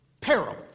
parable